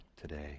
today